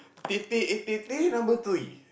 tete-a-tete number three